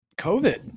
COVID